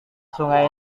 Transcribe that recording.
sungai